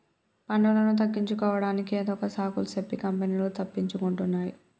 పన్నులను తగ్గించుకోడానికి ఏదొక సాకులు సెప్పి కంపెనీలు తప్పించుకుంటున్నాయ్